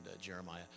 Jeremiah